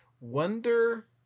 Wonder